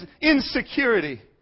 insecurity